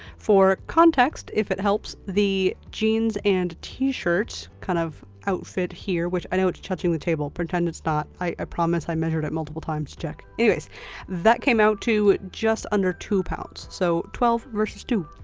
for context, if it helps, the jeans and t-shirt kind of outfit here which i know it's touching the table, pretend it's not. i promise i measured it multiple times. anyways, that came out to just under two pounds. so twelve versus two.